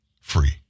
free